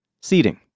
seating